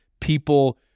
people